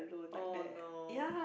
oh no